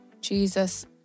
Jesus